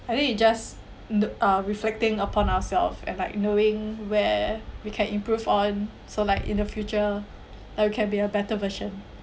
I think we just the uh reflecting upon ourselves and like knowing where we can improve on so like in the future uh we can be a better version